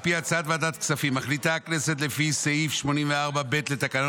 על פי הצעת ועדת הכספים מחליטה הכנסת לפי סעיף 84(ב) לתקנון